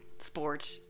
sport